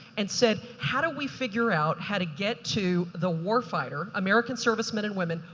and said, how do we figure out how to get to the warfighter, american servicemen and women,